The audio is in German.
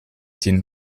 den